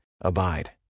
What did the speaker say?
Abide